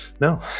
No